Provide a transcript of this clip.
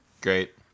Great